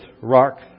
rock